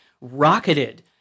Rocketed